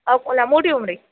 अकोला मोठी उमराई